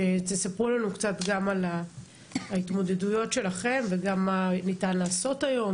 שתספרו לנו קצת גם על ההתמודדויות שלכם וגם מה ניתן לעשות היום,